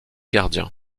gardien